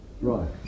Right